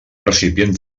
recipient